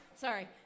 Sorry